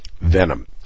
venom